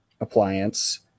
appliance